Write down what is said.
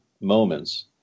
moments